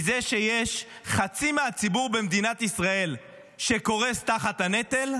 איך לא אכפת לכם מזה שחצי מהציבור במדינת ישראל קורס תחת הנטל,